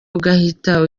ugahita